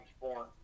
born